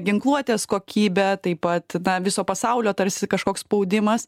ginkluotės kokybė taip pat viso pasaulio tarsi kažkoks spaudimas